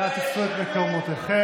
אנא תפסו את מקומותיכם.